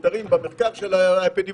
מספר זהות, מספר טלפון ותאריך לידה, "נתוני